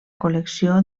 col·lecció